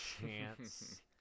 chance